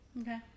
Okay